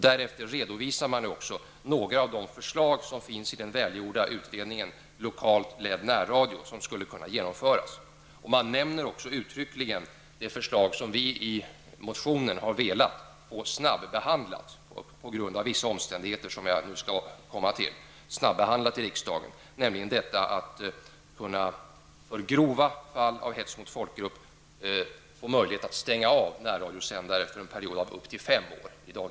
Därefter redovisas några av förslagen i den välgjorda utredningen Lokalt ledd närradio som skulle kunna genomföras. Man nämner också uttryckligen det förslag som vi i motionen velat få snabbehandlat på grund av vissa omständigheter som jag skall komma till, nämligen att för grova fall av hets mot folkgrupp få möjlighet att stänga av närradiosändare för en period av upp till fem år.